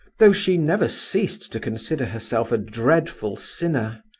though she never ceased to consider herself a dreadful sinner.